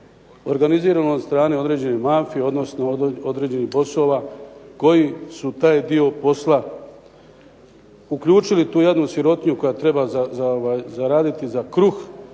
organizirano od strane određene mafije, odnosno određenih poslova koji su taj dio posla uključili tu jadnu sirotinju koja treba zaraditi za kruh,